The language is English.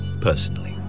personally